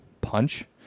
punch